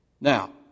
Now